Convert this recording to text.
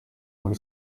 muri